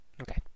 okay